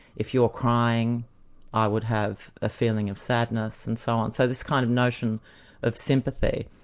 if you're crying i would have a feeling of sadness and so on. so this kind of notion of sympathy.